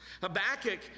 Habakkuk